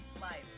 life